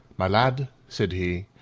my lad, said he,